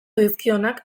dizkionak